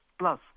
Plus